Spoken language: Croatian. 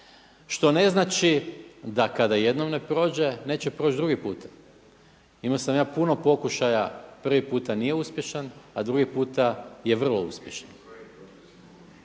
Što ne znači da kada jednom ne prođe neće proći drugi puta. Imao sam ja puno pokušaja, prvi puta nije uspješan a drugi puta je vrlo uspješan.